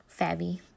Fabby